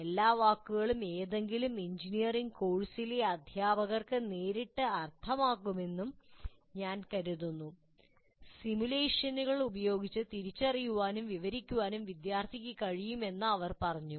എല്ലാ വാക്കുകളും ഏതെങ്കിലും എഞ്ചിനീയറിംഗ് കോഴ്സിലെ അധ്യാപകർക്ക് നേരിട്ട് അർത്ഥമാക്കുമെന്ന് ഞാൻ കരുതുന്നു സിമുലേഷനുകൾ ഉപയോഗിച്ച് തിരിച്ചറിയാനും വിവരിക്കാനും വിദ്യാർത്ഥിക്ക് കഴിയുമെന്ന് അവർ പറഞ്ഞു